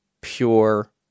Pure